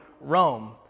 Rome